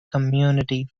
community